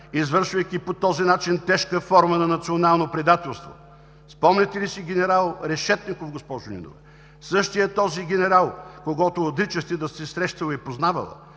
извършвайки по този начин тежка форма на национално предателството. Спомняте ли си генерал Решетников, госпожо Нинова? Същият този генерал, с когото отричахте да сте се срещали и познавали,